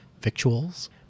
victuals